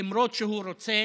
למרות שהוא רוצה